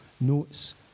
notes